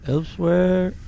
Elsewhere